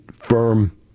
Firm